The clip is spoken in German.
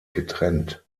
getrennt